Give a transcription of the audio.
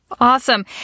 awesome